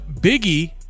Biggie